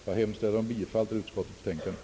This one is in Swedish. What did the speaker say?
Jag hemställer om bifall till utskottets förslag.